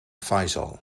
faisal